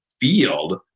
field